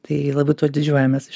tai labai tuo didžiuojamės iš